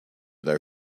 their